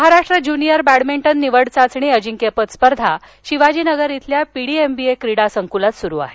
Maharashtra junior badminton निवड चाचणी अजिंक्यपद स्पर्धा शिवाजीनगर इथल्या पीडीएमबीए क्रीडा संकुलात सुरू आहेत